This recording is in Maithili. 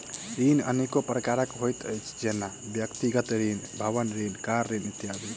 ऋण अनेको प्रकारक होइत अछि, जेना व्यक्तिगत ऋण, भवन ऋण, कार ऋण इत्यादि